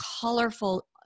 colorful